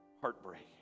heartbreak